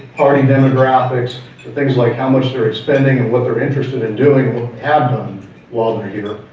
party demographics, to things like how much they're expending and what they're interested in doing, what had them while they're here,